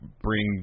bring